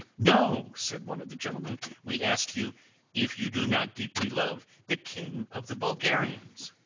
no, said one of the gentlemen, we ask you if you do not deeply love the king of the bulgarians?